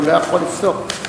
הוא לא יכול לפסוק,